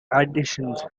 additions